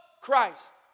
Christ